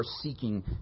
seeking